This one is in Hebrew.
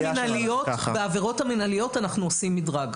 בעבירות מנהליות עושים מדרג.